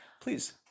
please